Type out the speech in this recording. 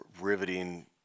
riveting